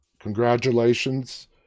Congratulations